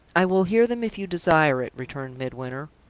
i will hear them if you desire it, returned midwinter.